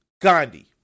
Gandhi